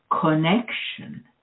connection